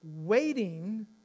Waiting